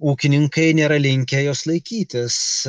ūkininkai nėra linkę jos laikytis